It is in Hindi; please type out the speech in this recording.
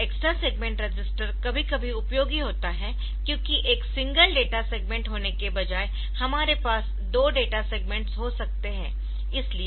यह एक्स्ट्रा सेगमेंट रजिस्टर कभी कभी उपयोगी होता है क्योंकि एक सिंगल डेटा सेगमेंट होने के बजाय हमारे पास दो डेटा सेग्मेंट्स हो सकते है